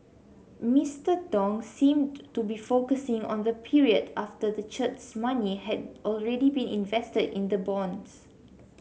Mister Tong seemed to be focusing on the period after the church's money had already been invested in the bonds